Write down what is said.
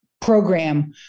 program